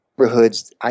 Neighborhoods